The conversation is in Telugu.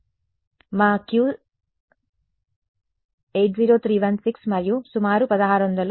మా Qs 80316 మరియు సుమారు 1600 ఏమిటి